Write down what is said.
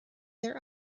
their